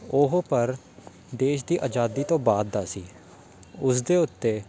ਉਹ ਪਰ ਦੇਸ਼ ਦੀ ਆਜ਼ਾਦੀ ਤੋਂ ਬਾਅਦ ਦਾ ਸੀ ਉਸ ਦੇ ਉੱਤੇ